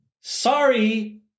sorry